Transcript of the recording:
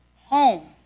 home